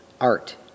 art